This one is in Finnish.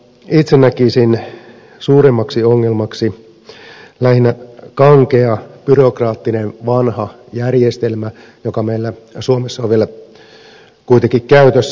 mutta itse näkisin suurimmaksi ongelmaksi lähinnä kankean byrokraattisen vanhan järjestelmän joka meillä suomessa on vielä kuitenkin käytössä